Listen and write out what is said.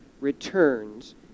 returns